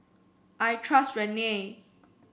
I trust Rene